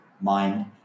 mind